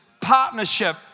partnership